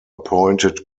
appointed